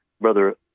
Brother